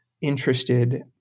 interested